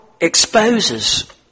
exposes